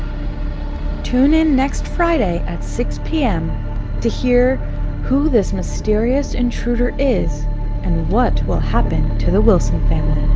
tune in next friday at six p um to hear who this mysterious intruder is and what will happen to the wilson family.